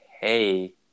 hey